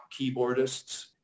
keyboardists